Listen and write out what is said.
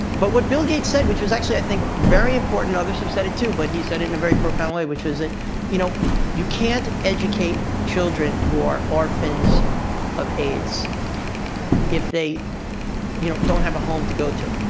but what bill gates said, which was, actually, i think, very important others have said it too, but he said it in a very profound way which was that you know you can't educate children who are orphans of aids if they you know don't have a home to go to.